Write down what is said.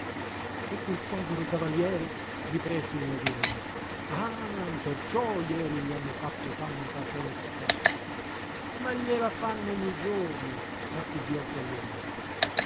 e quel povero cavaliere riprese il lagúmina ah perciò jeri gli hanno fatto tanta festa ma glie la fanno ogni giorno raffibbiò quagliolino